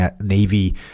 Navy